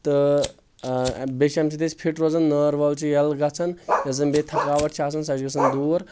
تہٕ بییٚہِ چھِ امہِ سۭتۍ أسۍ فٹ روزان یہِ نٲر وٲر چھِ یَلہٕ گژھان یۄس زن بییٚہِ تھکاوٹ چھِ آسان سۄ چھِ گژھان دوٗر